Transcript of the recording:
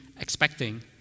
expecting